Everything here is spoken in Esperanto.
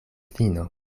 fino